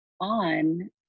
on